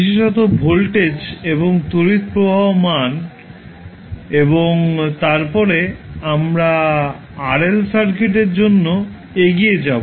বিশেষত ভোল্টেজ এবং তড়িৎ প্রবাহ মান এবং তারপরে আমরা RL সার্কিটের জন্য এগিয়ে যাব